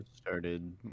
started